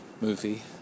movie